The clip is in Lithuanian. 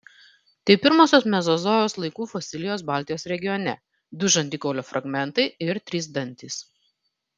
tai pirmosios mezozojaus laikų fosilijos baltijos regione du žandikaulio fragmentai ir trys dantys